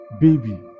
baby